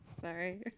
Sorry